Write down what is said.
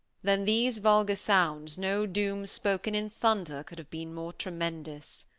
than these vulgar sounds, no doom spoken in thunder could have been more tremendous.